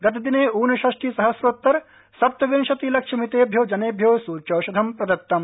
गतदिने ऊनषष्टि सहस्रोतर सप्तविंशतिलक्ष मितेभ्यो जनेभ्यो सूच्यौषधं प्रदतम्